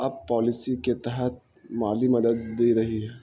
اب پالیسی کے تحت مالی مدد دیے رہی ہے